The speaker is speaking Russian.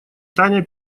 таня